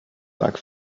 sag